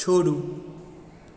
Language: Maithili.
छोड़ू